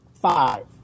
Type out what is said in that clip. five